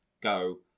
go